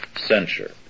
censure